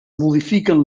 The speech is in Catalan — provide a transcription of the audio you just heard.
modifiquen